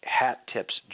hat-tips